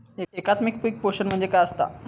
एकात्मिक पीक पोषण म्हणजे काय असतां?